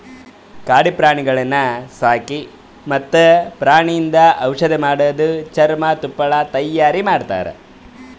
ಕಾಡು ಪ್ರಾಣಿಗೊಳ್ ಸಾಕಿ ಮತ್ತ್ ಪ್ರಾಣಿಯಿಂದ್ ಔಷಧ್ ಮಾಡದು, ಚರ್ಮ, ತುಪ್ಪಳ ತೈಯಾರಿ ಮಾಡ್ತಾರ